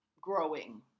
growing